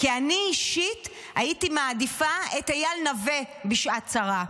כי אני אישית הייתי מעדיפה את אייל נוה בשעת צרה.